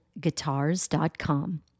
guitars.com